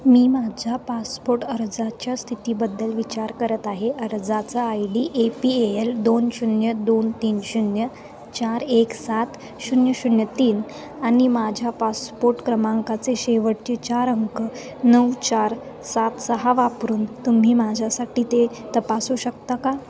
मी माझ्या पासपोट अर्जाच्या स्थितीबद्दल विचार करत आहे अर्जाचा I D A P A L दोन शून्य दोन तीन शून्य चार एक सात शून्य शून्य तीन आणि माझ्या पासपोट क्रमांकाचे शेवटचे चार अंक नऊ चार सात सहा वापरून तुम्ही माझ्यासाठी ते तपासू शकता का